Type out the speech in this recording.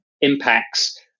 impacts